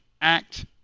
act